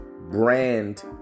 brand